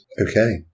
Okay